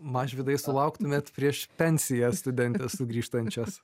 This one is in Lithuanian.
mažvydai sulauktumėt prieš pensiją studentės sugrįžtančios